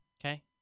Okay